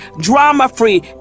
drama-free